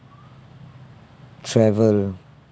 travel